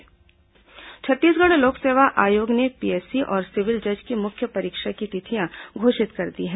PSC मुख्य परीक्षा छत्तीसगढ़ लोक सेवा आयोग ने पीएससी और सिविल जज की मुख्य परीक्षा की तिथियां घोषित कर दी हैं